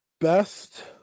best